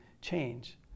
change